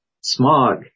Smog